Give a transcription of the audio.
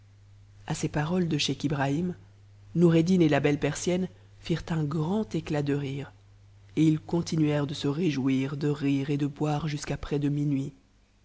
a ces paroles de scheich ibrahim noureddin et la belle persip tirent un grand éclat de rire et ils continuèrent de se l'éjouir de lire et de boire jusqu'à près de minuit